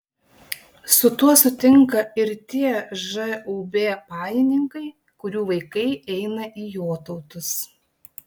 su tuo sutinka ir tie žūb pajininkai kurių vaikai eina į jotautus